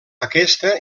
aquesta